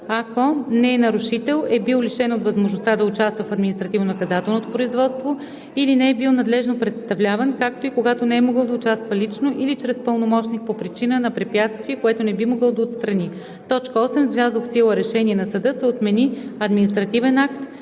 ако не е нарушител, е бил лишен от възможността да участва в административнонаказателното производство или не е бил надлежно представляван, както и когато не е могъл да участва лично или чрез пълномощник по причина на препятствие, което не е могъл да отстрани; 8. с влязло в сила решение на съда се отмени административен акт,